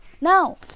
Now